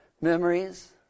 memories